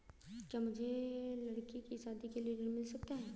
क्या मुझे लडकी की शादी के लिए ऋण मिल सकता है?